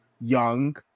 young